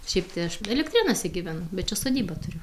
šiaip tai aš elektrėnuose gyvenu bet čia sodybą turiu